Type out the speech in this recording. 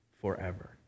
forever